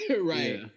Right